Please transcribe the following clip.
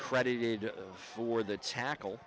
credited for the tackle